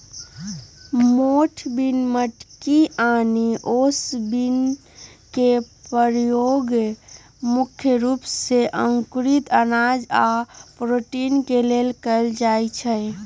मोठ बिन मटकी आनि ओस बिन के परयोग मुख्य रूप से अंकुरित अनाज आ प्रोटीन के लेल कएल जाई छई